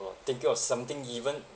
!wah! thinking of something even